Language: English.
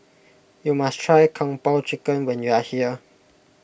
you must try Kung Po Chicken when you are here